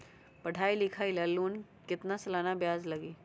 पढाई लिखाई ला लोन के कितना सालाना ब्याज लगी?